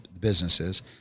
businesses